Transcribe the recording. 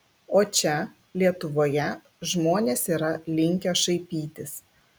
o čia lietuvoje žmonės yra linkę šaipytis